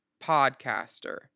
podcaster